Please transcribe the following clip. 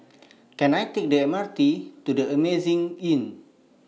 Can I Take The M R T to The Amazing Inn